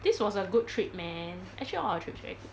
this was a good trip man actually all our trips very good